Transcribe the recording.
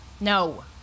No